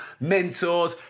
mentors